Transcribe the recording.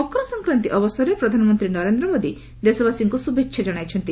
ମକର ସଂକ୍ରାନ୍ତି ଅବସରରେ ପ୍ରଧାନମନ୍ତ୍ରୀ ନରେନ୍ଦ୍ର ମୋଦି ଦେଶବାସୀଙ୍କୁ ଶୁଭେଚ୍ଛା କଣାଇଛନ୍ତି